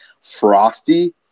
frosty